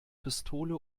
pistole